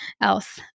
else